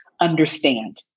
understand